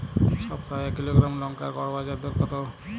সপ্তাহে এক কিলোগ্রাম লঙ্কার গড় বাজার দর কতো?